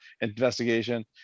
investigation